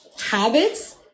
habits